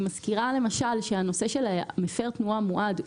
אני מזכירה למשל שהנושא של מפר תנועה מועד,